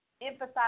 emphasize